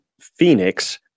Phoenix